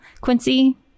quincy